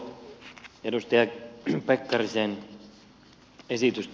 täytyy kehua edustaja pekkarisen esitystä